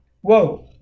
Whoa